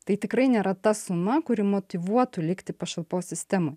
tai tikrai nėra ta suma kuri motyvuotų likti pašalpos sistemoj